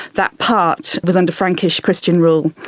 that part was under frankish christian rule.